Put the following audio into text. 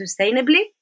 sustainably